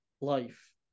life